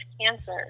cancer